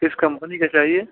किस कंपनी का चाहिए